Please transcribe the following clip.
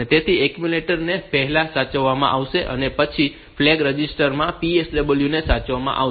તેથી એક્યુમ્યુલેટર ને પહેલા સાચવવામાં આવશે અને પછી ફ્લેગ રજિસ્ટર માં PSW ને સાચવવામાં આવશે